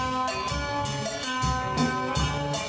ah